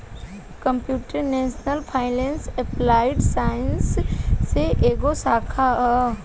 computational finance applied science के एगो शाखा ह